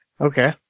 okay